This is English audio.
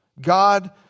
God